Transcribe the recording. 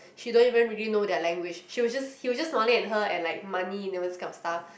she don't even really know their language she was just he was just smiling at her and like money you know this kind of stuff